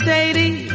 Sadie